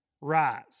rise